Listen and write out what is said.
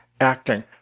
acting